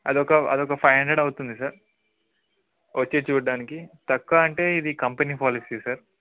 అదొక అదొక five hundred అవుతుంది సార్ వచ్చి చూడడానికి తక్కువ అంటే ఇది కంపెనీ పాలసీ సార్